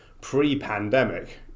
pre-pandemic